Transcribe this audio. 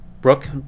Brooke